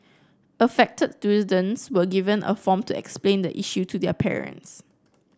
affected were given a form to explain the issue to their parents